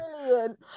brilliant